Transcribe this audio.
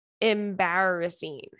embarrassing